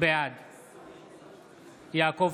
בעד יעקב